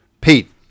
Pete